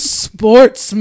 sports